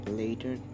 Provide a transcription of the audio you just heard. later